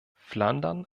flandern